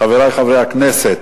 חברי חברי הכנסת,